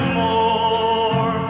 more